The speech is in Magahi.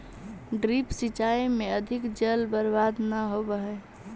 ड्रिप सिंचाई में अधिक जल बर्बाद न होवऽ हइ